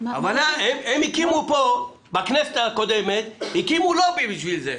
הקימו בכנסת הקודמת לובי בשביל זה.